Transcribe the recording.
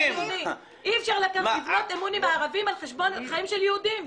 אי אפשר לבנות אמון עם הערבים על חשבון חיים של יהודים.